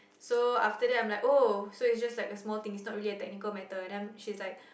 so after that I'm like oh so it's just like a small thing it's not really a technical matter and then she's like